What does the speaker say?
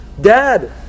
Dad